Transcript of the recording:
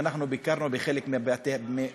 ואנחנו ביקרנו בחלק מבתי-הכלא,